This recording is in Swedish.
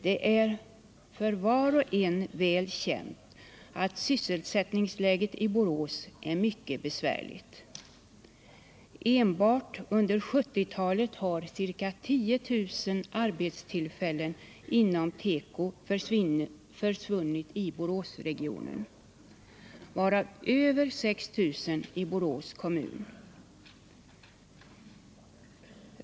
Det är för var och en väl känt att sysselsättningsläget i Borås är mycket besvärligt. Enbart under 1970-talet har ca 10 000 arbetstillfällen inom teko försvunnit i Boråsregionen, varav över 6 000 i Borås kommun.